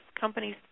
companies